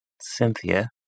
Cynthia